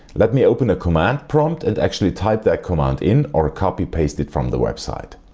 let me open a command prompt and actually type that command in or copy paste it from the website.